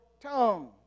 tongue